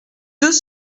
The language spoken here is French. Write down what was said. deux